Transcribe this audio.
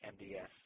MDS